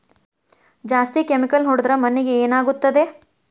ಜಾಸ್ತಿ ಕೆಮಿಕಲ್ ಹೊಡೆದ್ರ ಮಣ್ಣಿಗೆ ಏನಾಗುತ್ತದೆ?